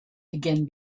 again